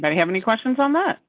but have any questions on that